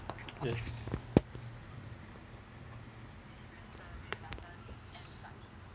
yes